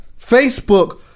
Facebook